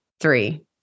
Three